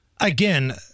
Again